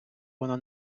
вона